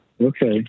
Okay